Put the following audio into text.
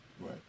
Right